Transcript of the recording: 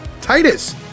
Titus